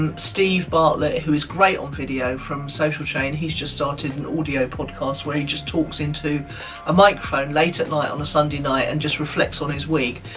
um steve bartlett, who is great on video, from social chain, he's just started an audio podcast where he just talks into a microphone late at night on a sunday night and just reflects on his week.